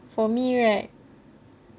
for me right